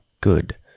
good